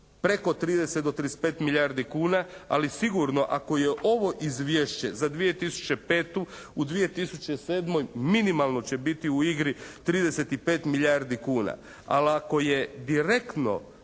preko 30 do 35 milijardi kuna, ali sigurno ako je ovo izvješće za 2005. u 2007. minimalno će biti u igri 35 milijardi kuna, ali ako je direktno